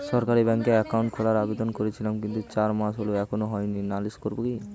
সরকারি ব্যাংকে একাউন্ট খোলার আবেদন করেছিলাম কিন্তু চার মাস হল এখনো হয়নি নালিশ করব কি?